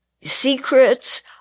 secrets